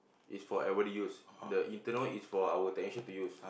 it's for everybody use the internal is for our technician to use